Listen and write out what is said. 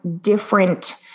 different